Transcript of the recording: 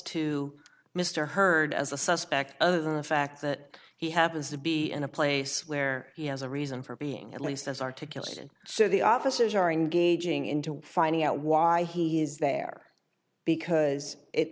to mr hurd as a suspect other than the fact that he happens to be in a place where he has a reason for being at least as articulate and so the officers are engaging in to finding out why he is there because it